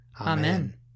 Amen